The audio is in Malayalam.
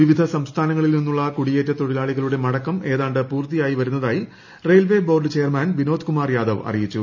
വിവിധ സംസ്ഥാനങ്ങളിൽ നിന്നുള്ള കുടിയേറ്റ തൊഴിലാളികളുടെ മടക്കം ഏതാണ്ട് പൂർത്തിയായി വരുന്നതായി railway board chairman Vinod Kumar Yadav അറിയിച്ചു